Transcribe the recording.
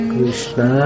Krishna